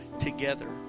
together